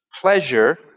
pleasure